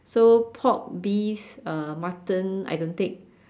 so pork beef uh mutton I don't take